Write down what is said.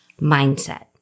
mindset